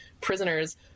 prisoners